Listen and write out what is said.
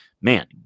man